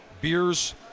beers